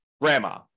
grandma